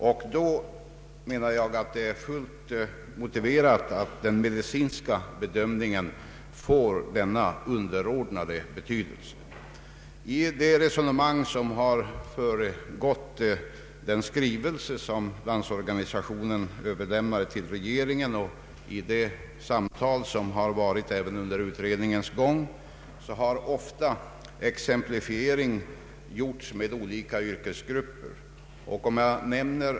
Jag anser att det då är fullt motiverat att den medicinska bedömningen får en underordnad betydelse. I det resonemang som har föregått den skrivelse som Landsorganisationen överlämnade till regeringen och i de samtal som har förts även under utredningens gång har ofta exemplifiering gjorts med olika yrkesgrupper.